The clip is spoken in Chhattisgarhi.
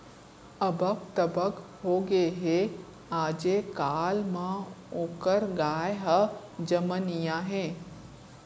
अबक तबक होगे हे, आजे काल म ओकर गाय ह जमनइया हे